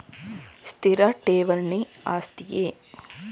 ಸ್ಥಿರ ಠೇವಣಿ ಆಸ್ತಿಯೇ?